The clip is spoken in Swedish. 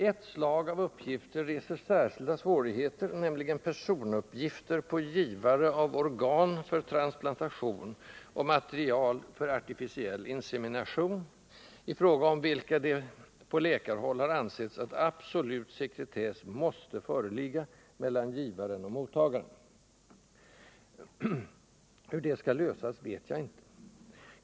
Ett slag av uppgifter reser särskilda svårigheter, nämligen personuppgifter på givare av organ för transplantation och material för artificiell insemination, i fråga om vilka det på läkarhåll har ansetts att absolut sekretess måste föreligga mellan givaren och mottagaren. Hur det skall lösas vet jag inte.